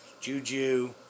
Juju